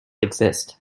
exists